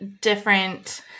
different